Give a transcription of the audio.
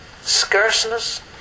scarceness